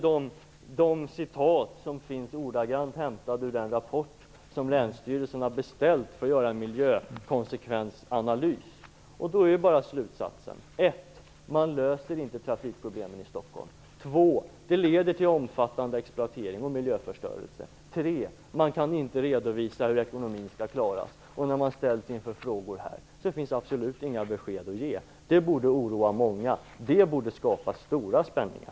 Dessa citat är hämtade ur den rapport som länsstyrelsen har beställt för att göra en miljökonsekvensanalys. Slutsatsen är följande: 1. Man löser inte trafikproblemen i Stockholm. 2. Det leder till omfattande exploatering och miljöförstörelse. 3. Man kan inte redovisa hur ekonomin skall klaras. När man ställs inför frågor finns absolut inga besked att ge. Det borde oroa många. Det borde skapa stora spänningar.